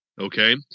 Okay